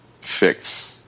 fix